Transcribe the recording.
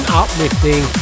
uplifting